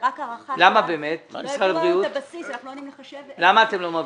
למה אתם לא מעבירים?